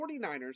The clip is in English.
49ers